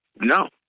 No